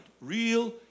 real